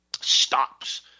stops